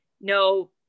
no